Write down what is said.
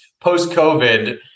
post-COVID